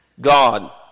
God